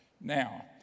now